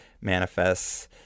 manifests